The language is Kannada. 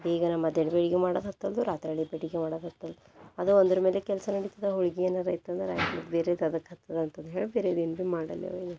ಬೇಗನೆ ಬೆಳಿಗ್ಗೆ ಮಾಡೋದ್ ಹತ್ತಲ್ದು ರಾತ್ರಳಿದು ಮಾಡೋದ್ ಹತ್ತಲ್ದು ಅದು ಒಂದರ ಮೇಲೆ ಕೆಲಸ ನಡಿತದೆ ಹೋಳ್ಗೆ ಏನಾರು ಐತಂದ್ರೆ ರಾತ್ರಿ ಬೇರೆದು ಅದಕ್ಕೆ ಹತ್ತದ ಅಂತಂದು ಹೇಳಿ ಬೇರೆ ದಿನ ಭೀ ಮಾಡಲ್ಲೇವು